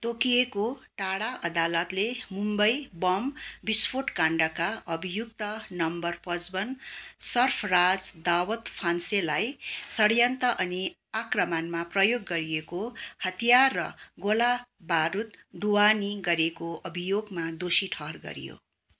तोकिएको टाढा अदालतले मुम्बई बम विस्फोट काण्डका अभियुक्त नम्बर पचपन्न सर्फराज दाउद फान्सेलाई षड्यन्त्र अनि आक्रमणमा प्रयोग गरिएको हतियार र गोलाबारुद दुवानी गरेको अभियोगमा दोषी ठहर गरियो